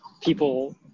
people